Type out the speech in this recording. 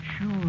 Sure